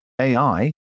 AI